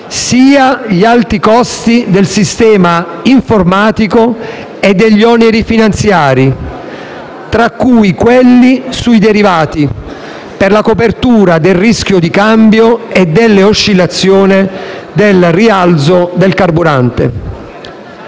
sia gli alti costi del sistema informatico e degli oneri finanziari, tra cui quelli sui derivati per la copertura del rischio di cambio e delle oscillazioni del rialzo del carburante.